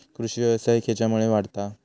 कृषीव्यवसाय खेच्यामुळे वाढता हा?